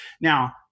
Now